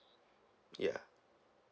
yeah